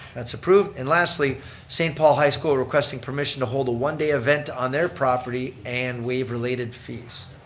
that's approved and lastly st. paul high school requesting permission to hold a one day event on their property and waive related fees.